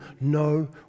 no